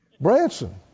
Branson